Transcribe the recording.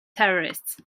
terrorists